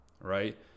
right